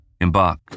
embark